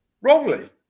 wrongly